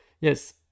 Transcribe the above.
yes